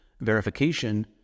verification